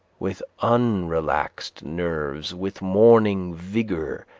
with unrelaxed nerves, with morning vigor,